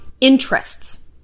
interests